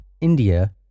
India